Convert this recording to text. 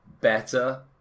better